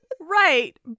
Right